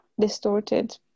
distorted